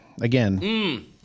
Again